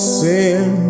sin